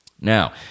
Now